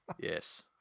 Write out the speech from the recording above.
Yes